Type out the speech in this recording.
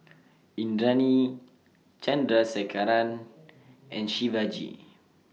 Indranee Chandrasekaran and Shivaji